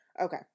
okay